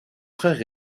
frère